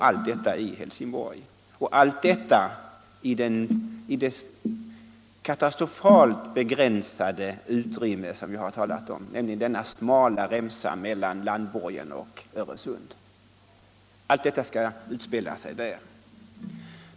Allt detta i Helsingborg och allt detta i det katastrofalt begränsade utrymme jag talat om, nämligen den smala remsan mellan landborgen och Öresund.